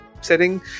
setting